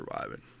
surviving